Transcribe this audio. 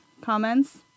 comments